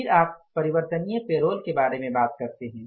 फिर आप परिवर्तनीय पेरोल के बारे में बात करते हैं